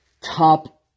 top